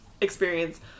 experience